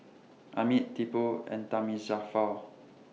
Amit Tipu and Thamizhavel